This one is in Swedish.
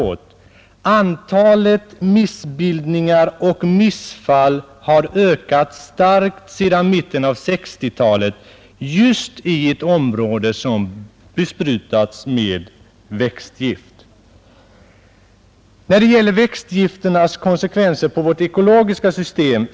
Jo, där heter det att antalet missbildningar och missfall ökat starkt sedan mitten av 1960-talet just i ett område som blivit besprutat med växtgifter. Jag skall inte här gå in på växtgifternas konsekvenser för vårt ekologiska system.